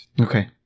Okay